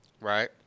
Right